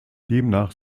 demnach